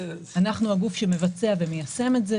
אנו החוק שמבצע ומיישם את זה.